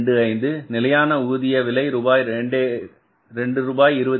25 நிலையான ஊதிய விலை ரூபாய் 2